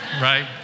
right